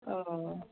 औ